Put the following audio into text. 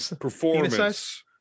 performance